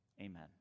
Amen